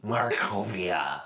Markovia